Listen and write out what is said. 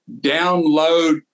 download